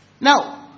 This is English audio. Now